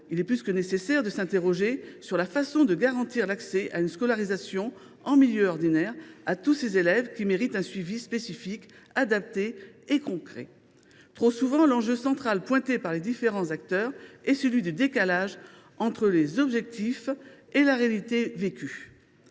il est plus que nécessaire de s’interroger sur la manière de garantir l’accès à une scolarisation en milieu ordinaire à tous ces élèves, qui méritent un suivi spécifique, adapté et concret. Trop souvent, l’enjeu central pointé par les différents acteurs est celui du décalage entre les objectifs et la réalité vécue.